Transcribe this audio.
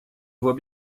vois